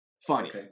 Funny